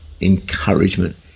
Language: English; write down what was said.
encouragement